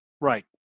Right